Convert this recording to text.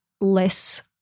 less